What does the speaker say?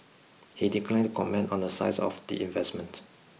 he declined to comment on the size of the investment